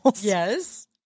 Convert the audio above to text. Yes